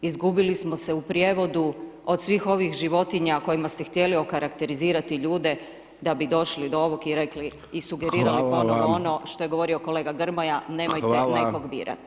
Izgubili smo se u prijevodu od svih ovih životinja kojima ste htjeli okarakterizirati ljude da bi došli do ovog i rekli i sugerirali ponovo ono što je govorio kolega Grmoja, nemojte nekog birati.